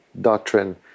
doctrine